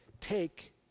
Take